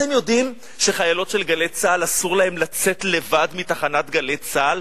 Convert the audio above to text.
אתם יודעים שלחיילות של "גלי צה"ל" אסור לצאת לבד מתחנת "גלי צה"ל".